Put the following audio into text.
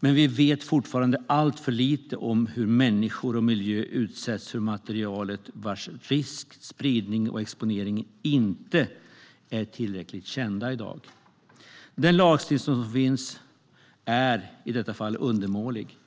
men vi vet fortfarande alltför lite om hur människor och miljö utsätts för materialet, vars risk, spridning och exponering inte är tillräckligt kända i dag. Den lagstiftning som finns är i detta fall undermålig.